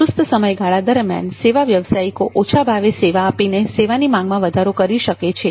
સુસ્ત સમયગાળા દરમ્યાન સેવા વ્યવસાયિકો ઓછા ભાવે સેવા આપીને માંગમાં વધારો કરી શકે છે